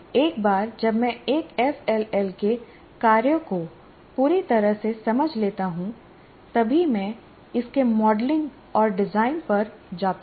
एक बार जब मैं एक एफएलएल के कार्यों को पूरी तरह से समझ लेता हूं तभी मैं इसके मॉडलिंग और डिजाइन पर जाता हूं